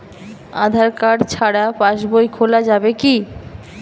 আধার card ছাড়া পাশবই খোলা যাবে কি?